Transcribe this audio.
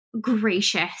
gracious